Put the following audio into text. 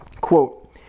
Quote